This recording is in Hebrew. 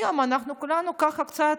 היום אנחנו כולנו קצת,